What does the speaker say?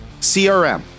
CRM